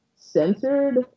censored